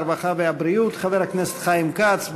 הרווחה והבריאות חבר הכנסת חיים כץ.